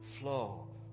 flow